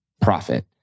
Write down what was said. profit